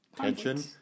Tension